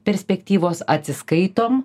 perspektyvos atsiskaitom